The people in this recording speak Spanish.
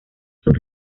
sus